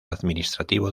administrativo